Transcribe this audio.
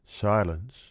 Silence